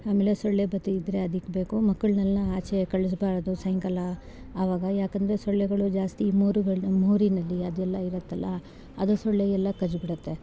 ಆಮೇಲೆ ಸೊಳ್ಳೆ ಬತ್ತಿ ಇದ್ರೆ ಅದು ಇಡ್ಬೇಕು ಮಕ್ಕಳನೆಲ್ಲ ಆಚೆ ಕಳಿಸ್ಬಾರ್ದು ಸಾಯಂಕಾಲ ಆವಾಗ ಏಕೆಂದ್ರೆ ಸೊಳ್ಳೆಗಳು ಜಾಸ್ತಿ ಮೋರಿಯಲ್ಲಿ ಅದೆಲ್ಲ ಇರುತ್ತೆಲ್ಲ ಅದು ಸೊಳ್ಳೆ ಎಲ್ಲ ಕಚ್ಚಿ ಬಿಡುತ್ತೆ